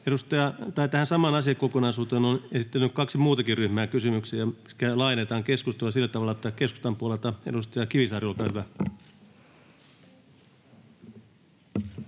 Content: Tähän samaan asiakokonaisuuteen on esittänyt kaksi muutakin ryhmää kysymyksiä. Laajennetaan keskustelua sillä tavalla, että keskustan puolelta edustaja Kivisaari, olkaa hyvä.